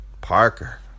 Parker